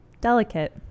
Delicate